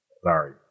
sorry